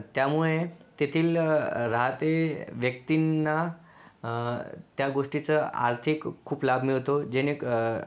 त्यामुळे तेथील राहत्या व्यक्तींना त्या गोष्टीचं आर्थिक खूप लाभ मिळतो जेणेक